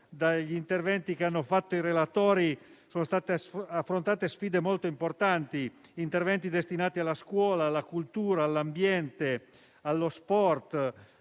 dove, come è già stato detto dai relatori, sono state affrontate sfide molto importanti: interventi destinati alla scuola, alla cultura, all'ambiente, allo sport,